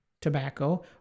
tobacco